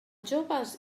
jóvens